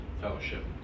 fellowship